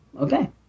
okay